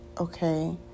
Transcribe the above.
okay